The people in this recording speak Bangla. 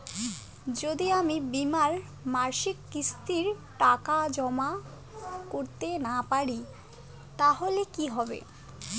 যদি আমি বীমার মাসিক কিস্তির টাকা জমা করতে না পারি তাহলে কি হবে?